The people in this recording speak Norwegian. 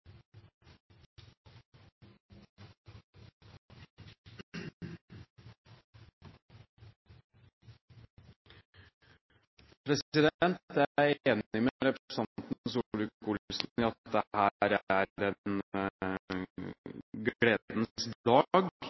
Jeg er enig med representanten Solvik-Olsen i at dette er en gledens dag. Nå skulle en